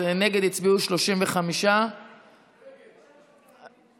אז נגד הצביעו 35. אני